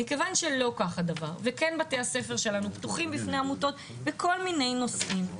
מכיוון שלא כך הדבר ובתי הספר שלנו פתוחים בפני עמותות בכל מיני נושאים,